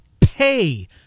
PAY